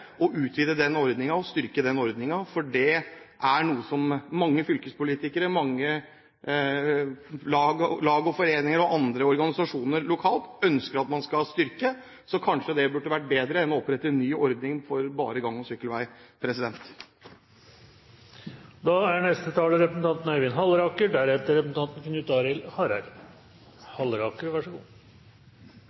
å utvide og styrke den ordningen, for det er noe mange fylkespolitikere, mange lag og foreninger og andre organisasjoner lokalt ønsker at man skal styrke. Så kanskje det burde vært bedre enn å opprette en ny ordning for bare gang- og sykkelvei.